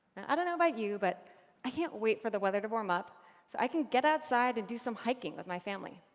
i don't know about you, but i can't wait for the weather to warm up so i can get outside and do some hiking with my family.